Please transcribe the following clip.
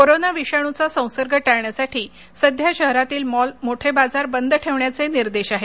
corona विषाणूचा संसर्ग टाळण्यासाठी सध्या शहरातील मॉल मोठे बाजार बंद ठेवण्याचे निर्देश आहेत